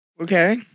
okay